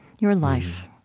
your life